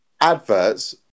Adverts